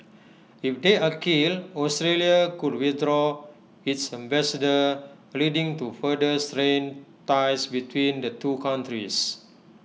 if they are killed Australia could withdraw its ambassador leading to further strained ties between the two countries